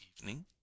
evening